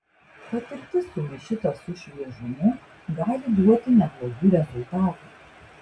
patirtis sumaišyta su šviežumu gali duoti neblogų rezultatų